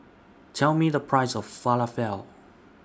Tell Me The Price of Falafel